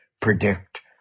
predict